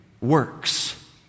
works